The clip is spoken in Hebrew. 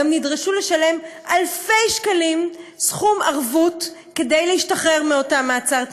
הם גם נדרשו לשלם סכום של אלפי שקלים ערבות כדי להשתחרר מאותו מעצר,